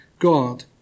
God